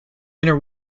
inner